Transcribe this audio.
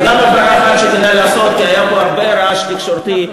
היה פה הרבה רעש תקשורתי.